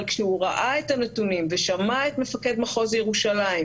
אבל כשהוא ראה את הנתונים ושמע את מפקד מחוז ירושלים,